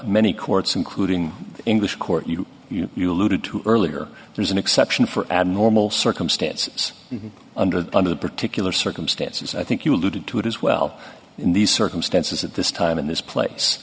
many courts including english court you you you alluded to earlier there's an exception for abnormal circumstances under under the particular circumstances i think you alluded to it as well in these circumstances at this time in this place